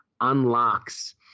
unlocks